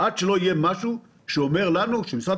וכדאי שלא תתעלם ממנו לפחות לא לפני שיהיה לנו משהו שמשרד